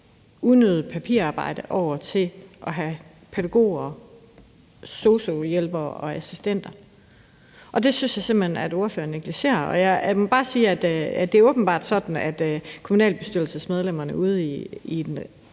unødigt papirarbejde i forhold til at få pædagoger, sosu-hjælpere- og -assistenter. Det synes jeg simpelt hen at ordføreren negligerer, og jeg må bare sige, at det åbenbart er sådan, at kommunalbestyrelsesmedlemmerne ude i